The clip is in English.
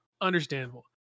understandable